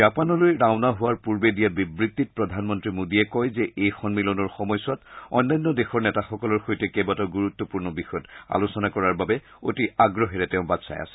জাপানলৈ ৰাওনা হোৱাৰ পূৰ্বে দিয়া বিবুত্তিত প্ৰধানমন্ত্ৰী মোডীয়ে কয় যে এই সন্মিলনৰ সময়ছোৱাত অন্যান্য দেশৰ নেতাসকলৰ সৈতে কেইবাটাও গুৰুত্পূৰ্ণ বিষয়ত আলোচনা কৰাৰ বাবে অতি আগ্ৰহেৰে বাট চাই আছে